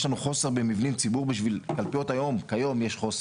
יש לנו חוסר במבני ציבור בקלפיות כיום יש חוסר.